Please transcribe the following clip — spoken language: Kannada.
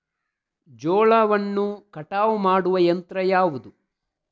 ಜೋಳವನ್ನು ಕಟಾವು ಮಾಡುವ ಯಂತ್ರ ಯಾವುದು?